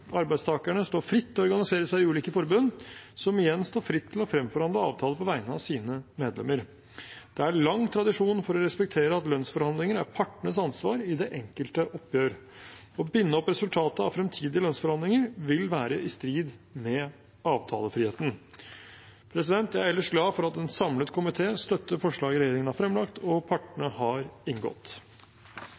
Arbeidstakerne står fritt til å organisere seg i ulike forbund, som igjen står fritt til å fremforhandle avtaler på vegne av sine medlemmer. Det er lang tradisjon for å respektere at lønnsforhandlinger er partenes ansvar i det enkelte oppgjør. Å binde opp resultatet av fremtidige lønnsforhandlinger vil være i strid med avtalefriheten. Jeg er ellers glad for at en samlet komité støtter forslaget regjeringen har fremlagt og partene har inngått.